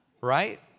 Right